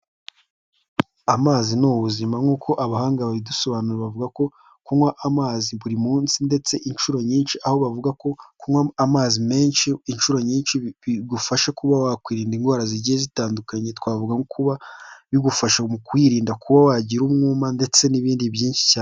Amazi ni ubuzima nk'uko abahanga babidusobanura bavuga ko kunywa amazi buri munsi ndetse inshuro nyinshi, aho bavuga ko kunywa amazi menshi inshuro nyinshi bigufasha kuba wakwirinda indwara zigiye zitandukanye twavuga kuba bigufasha mu kwirinda, kuba wagira umwuma ndetse n'ibindi byinshi cyane.